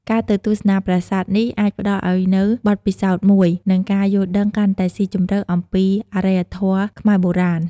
ការទៅទស្សនាប្រាសាទនេះ អាចផ្តល់ឲ្យនូវបទពិសោធន៍មួយ និងការយល់ដឹងកាន់តែស៊ីជម្រៅអំពីអរិយធម៌ខ្មែរបុរាណ។